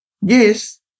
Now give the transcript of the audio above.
Yes